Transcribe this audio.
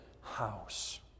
house